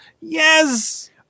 Yes